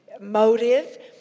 motive